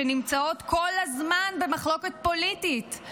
שנמצאות כל הזמן במחלוקת פוליטית,